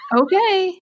Okay